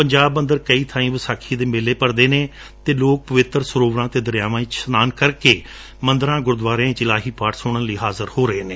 ਪੰਜਾਬ ਅੰਦਰ ਕਈ ਬਾਈਂ ਵਿਸਾਖੀ ਦੇ ਮੇਲੇ ਭਰਦੇ ਨੇ ਅਤੇ ਲੋਕ ਪਵਿੱਤਰ ਸਰੋਵਰਾਂ ਅਤੇ ਦਰਿਆਵਾਂ ਵਿਚ ਇਸਨਾਨ ਕਰਕੇ ਮੰਦਰ ਗੁਰਦੂਆਰਿਆਂ ਵਿਚ ਇਲਾਹੀ ਪਾਠ ਸੁਣਨ ਲਈ ਹਾਜ਼ਰ ਹੂੰਦੇ ਨੇ